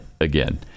again